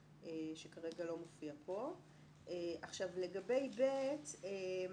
זאת אומרת, הוא רק אומר מי תהיה ועדת ההסעות